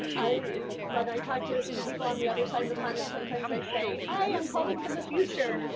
when i talk to to people on the other side of the planet sometimes i say hi, i'm calling from the future.